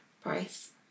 price